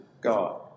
God